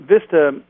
Vista